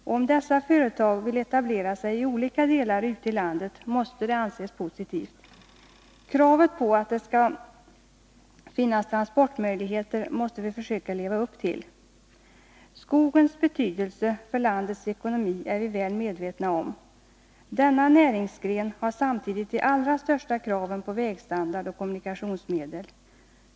Om dessa företag vill etablera sig i olika delar ute i landet, måste det anses positivt. Kravet på att det skall finnas transportmöjligheter måste vi försöka leva upp till. Skogens betydelse för landets ekonomi är vi väl medvetna om. Denna näringsgren har samtidigt de allra största kraven på vägstandard och kommunikationsmedel.